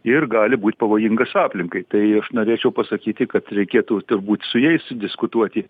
ir gali būt pavojingas aplinkai tai aš norėčiau pasakyti kad reikėtų turbūt su jais diskutuoti